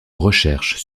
recherche